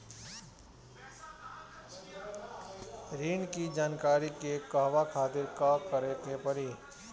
ऋण की जानकारी के कहवा खातिर का करे के पड़ी?